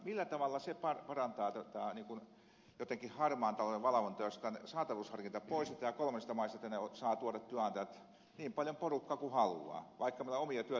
millä tavalla se parantaa tätä harmaan talouden valvontaa jos tämä saatavuusharkinta poistetaan ja kolmansista maista tänne saavat työnantajat tuoda niin paljon porukkaa kuin haluavat vaikka meillä omia työttömiä olisi miten paljon